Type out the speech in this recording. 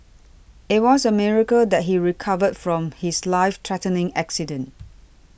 it was a miracle that he recovered from his life threatening accident